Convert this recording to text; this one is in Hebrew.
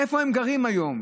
איפה הם גרים היום?